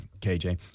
KJ